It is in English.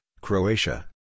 Croatia